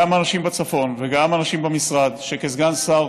מאנשים בצפון וגם מאנשים במשרד שכסגן שר,